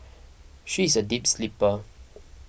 she is a deep sleeper